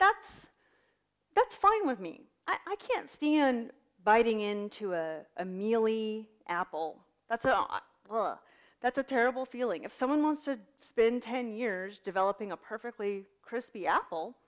that's that's fine with me i can't stand biting into a mealy apple that's oh well that's a terrible feeling if someone wants to spend ten years developing a perfectly crispy apple